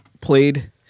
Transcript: Played